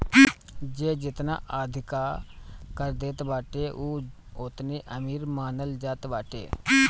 जे जेतना अधिका कर देत बाटे उ ओतने अमीर मानल जात बाटे